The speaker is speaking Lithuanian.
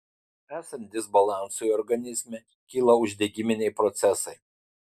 esant disbalansui organizme kyla uždegiminiai procesai